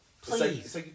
Please